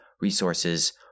resources